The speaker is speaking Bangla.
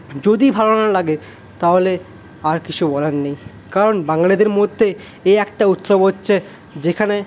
যদি ভালো না লাগে তাহলে আর কিছু বলার নেই কারণ বাঙালিদের মধ্যে এই একটা উৎসব হচ্ছে যেখানে